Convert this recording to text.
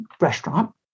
restaurant